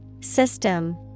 System